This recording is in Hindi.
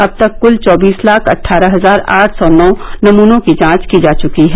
अब तक कुल चौबीस लाख अट्ठारह हजार आठ सौ नौ नमूनों की जांच की चुकी है